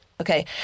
Okay